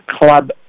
club